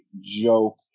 joke